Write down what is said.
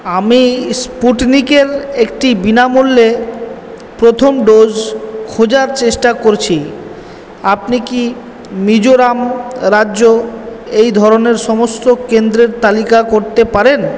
আমি স্পুটনিক এর একটি বিনামূল্যে প্রথম ডোজ খোঁজার চেষ্টা করছি আপনি কি মিজোরাম রাজ্য এই ধরনের সমস্ত কেন্দ্রের তালিকা করতে পারেন